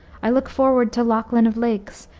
i look forward to lochlin of lakes,